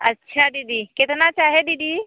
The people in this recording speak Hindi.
अच्छा दीदी कितना चाहे दीदी